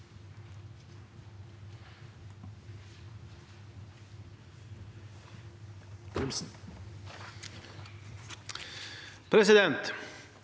Presidenten